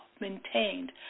maintained